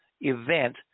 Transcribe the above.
event